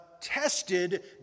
tested